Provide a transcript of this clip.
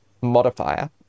modifier